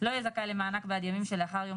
לא יהיה זכאי למענק בעד ימים שלאחר יום